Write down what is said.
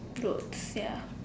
good ya